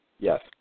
Yes